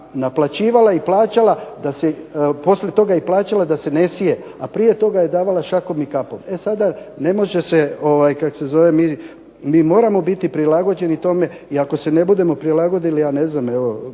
poslije toga i plaćala da se ne sije, a prije toga je davala šakom i kapom. E sada ne može se, kako se kaže mi moramo biti prilagođeni tome i ako se ne budemo prilagodili ja ne znam,